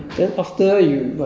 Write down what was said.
yeah then